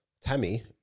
Tammy